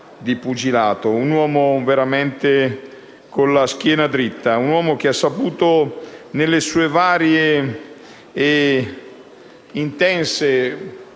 di pugilato, un uomo veramente con la schiena dritta, un uomo che ha saputo, nelle sue varie e intense